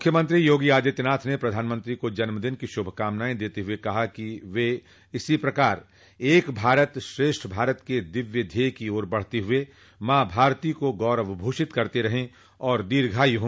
मुख्यमंत्री योगी आदित्यनाथ ने प्रधानमंत्री को जन्मदिन की शुभकामनाएं देते हुए कहा कि वे इसी प्रकार एक भारत श्रेष्ठ भारत के दिव्य ध्येय की ओर बढ़ते हए माँ भारती को गौरवभूषित करते रहे और दीर्घायू हो